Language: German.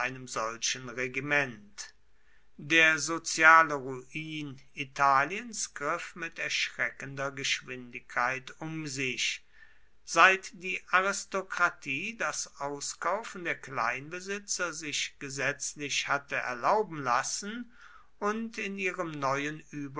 solchen regiment der soziale ruin italiens griff mit erschreckender geschwindigkeit um sich seit die aristokratie das auskaufen der kleinbesitzer sich gesetzlich hatte erlauben lassen und in ihrem neuen